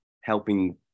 helping